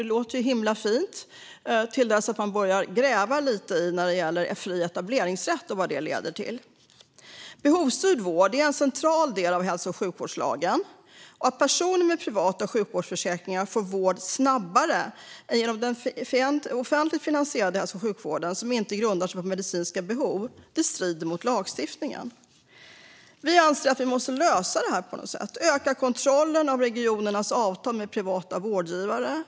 Det låter himla fint - tills man börjar gräva lite i den fria etableringsrätten och vad den leder till. Behovsstyrd vård är en central del av hälso och sjukvårdslagen. Att personer med privata sjukvårdsförsäkringar får vård snabbare än man får genom den offentligt finansierade hälso och sjukvården, vilket inte grundar sig på medicinska behov, strider mot lagstiftningen. Vi anser att vi måste lösa det här på något sätt och öka kontrollen av regionernas avtal med privata vårdgivare.